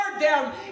down